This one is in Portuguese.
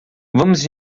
vamos